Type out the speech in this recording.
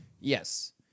Yes